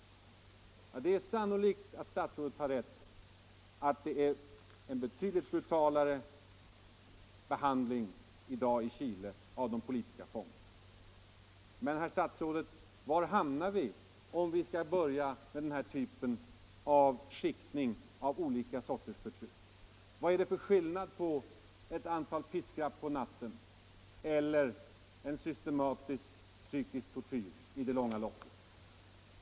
Det är sannolikt att statsrådet har rätt att det är en betydligt brutalare behandling i dag av de politiska fångarna i Chile. Men, herr statsråd, var hamnar vi om vi skall börja med denna typ av skiktning av olika sorters förtryck? Vad är det för skillnad på ett antal piskrapp på natten och en systematisk psykisk tortyr i det långa loppet?